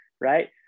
right